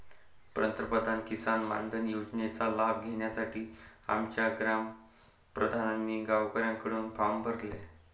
पंतप्रधान किसान मानधन योजनेचा लाभ घेण्यासाठी आमच्या ग्राम प्रधानांनी गावकऱ्यांकडून फॉर्म भरले